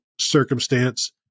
circumstance